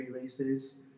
races